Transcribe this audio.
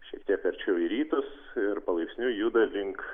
šiek tiek arčiau į rytus ir palaipsniui juda link